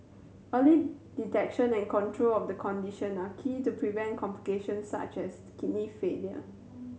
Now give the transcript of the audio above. early detection and control of the condition are key to preventing complications such as kidney failure